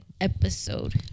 episode